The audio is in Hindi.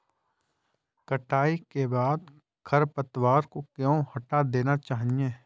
कटाई के बाद खरपतवार को क्यो हटा देना चाहिए?